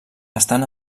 estan